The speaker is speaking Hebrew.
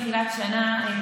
בתחילת שנה,